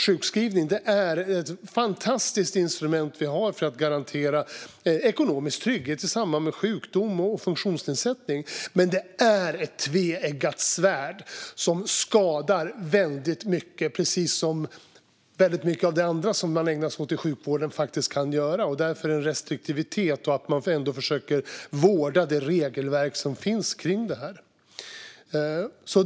Sjukskrivning är ett fantastiskt instrument som vi har för att garantera ekonomisk trygghet i samband med sjukdom och funktionsnedsättning. Men det är ett tveeggat svärd som skadar väldigt mycket, precis som mycket av det andra som man ägnar sig åt i sjukvården kan göra. Därför är det viktigt med restriktivitet och att man försöker vårda det regelverk som finns för det här.